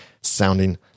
sounding